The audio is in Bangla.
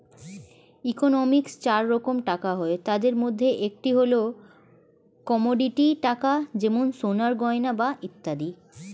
ইকোনমিক্সে চার রকম টাকা হয়, তাদের মধ্যে একটি হল কমোডিটি টাকা যেমন সোনার গয়না বা ইত্যাদি